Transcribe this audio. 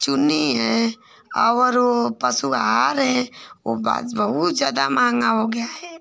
चुन्नी है और वह पशु आहार है वह बहुत ज़्यादा महँगा हो गया है